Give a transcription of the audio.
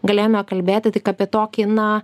galėjome kalbėti tik apie tokį na